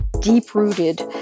deep-rooted